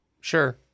Sure